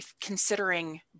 considering